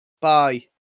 Bye